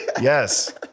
yes